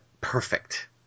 perfect